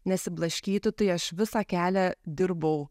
nesiblaškytų tai aš visą kelią dirbau